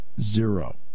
Zero